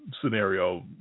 scenario